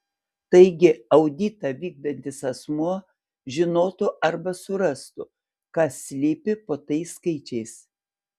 taigi auditą vykdantis asmuo žinotų arba surastų kas slypi po tais skaičiais